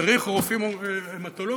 צריך רופאים המטולוגים,